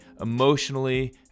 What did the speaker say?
emotionally